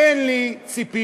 אין לי ציפיות.